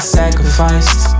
sacrificed